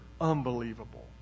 unbelievable